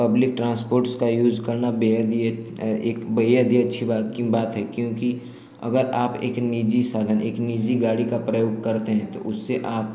public transports का use करना बेहद ही एक बेहद ही अच्छी बात क्यों बात है क्योंकि अगर आप एक निजी साधन एक निजी गाड़ी का प्रयोग करते हैं तो उससे आप